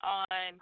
on